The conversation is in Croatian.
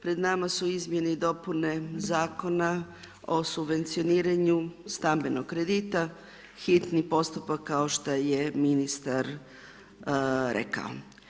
Pred nama su izmjene i dopune Zakona o subvencioniranju stambenih kredita, hitno postupak kao što je ministar rekao.